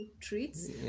treats